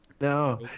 No